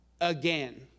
again